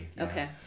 Okay